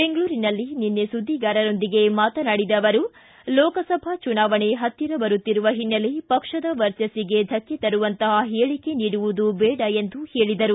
ಬೆಂಗಳೂರಿನಲ್ಲಿ ನಿನ್ನೆ ಸುದ್ದಿಗಾರರೊಂದಿಗೆ ಮಾತನಾಡಿದ ಅವರು ಲೋಕಸಭಾ ಚುನಾವಣೆ ಹತ್ತಿರ ಬರುತ್ತಿರುವ ಹಿನ್ನೆಲೆ ಪಕ್ಷದ ವರ್ಚಸ್ಸಿಗೆ ಧಕ್ಕೆ ತರುವಂತಹ ಹೇಳಿಕೆ ನೀಡುವುದು ಬೇಡ ಎಂದು ಹೇಳಿದರು